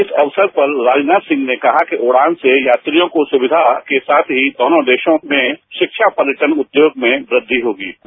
इस अवसर पर राजनाथ सिंह ने कहा कि उड़ानसे यात्रियों को सुविधा के साथ ही दोनों देशों में शिक्षा पर्यटन उद्योग में वुद्धिहोगी